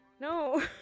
No